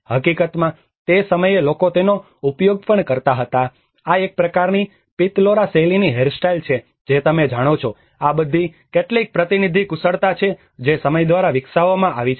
હકીકતમાં તે સમયે લોકો તેનો ઉપયોગ પણ કરતા હતા આ એક પ્રકારની પિત્તલોરા શૈલીની હેરસ્ટાઇલ છે જે તમે જાણો છો આ બધી કેટલીક પ્રતિનિધિ કુશળતા છે જે સમય દ્વારા વિકસાવવામાં આવી છે